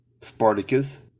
Spartacus